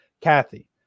Kathy